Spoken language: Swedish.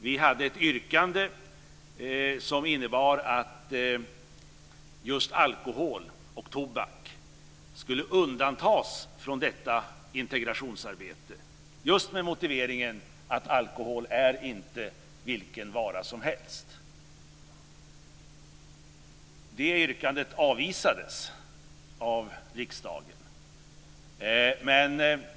Vi hade ett yrkande som innebar att just alkohol och tobak skulle undantas från integrationsarbetet just med motiveringen att alkohol inte är vilken vara som helst. Det yrkandet avvisades av riksdagen.